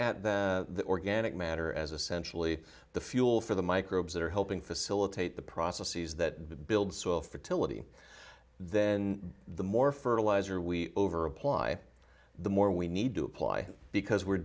at the organic matter as essentially the fuel for the microbes that are helping facilitate the processes that build soil fertility then the more fertiliser we over apply the more we need to apply because we're